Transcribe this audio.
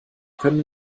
können